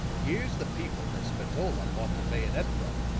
here's the people that spatola bought the bayonet from.